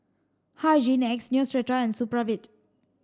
Hygin X Neostrata and Supravit